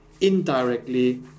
indirectly